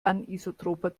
anisotroper